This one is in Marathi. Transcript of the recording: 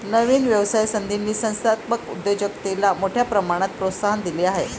नवीन व्यवसाय संधींनी संस्थात्मक उद्योजकतेला मोठ्या प्रमाणात प्रोत्साहन दिले आहे